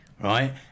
right